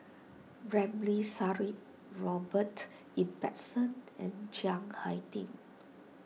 Ramli Sarip Robert Ibbetson and Chiang Hai Ding